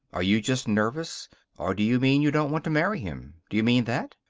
are you just nervous or do you mean you don't want to marry him? do you mean that?